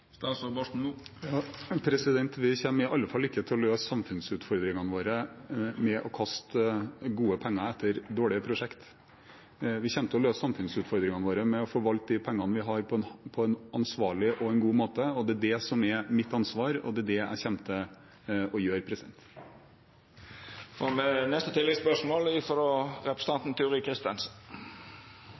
Vi kommer i alle fall ikke til å løse samfunnsutfordringene våre ved å kaste gode penger etter dårlige prosjekter. Vi kommer til å løse samfunnsutfordringene våre ved å forvalte de pengene vi har, på en ansvarlig og god måte. Det er det som er mitt ansvar, og det er det jeg kommer til å gjøre. Representanten Jønnes pekte i sitt innlegg på Helgelandskysten og med